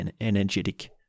energetic